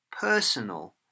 personal